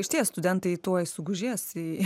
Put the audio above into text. išties studentai tuoj sugužės į